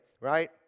right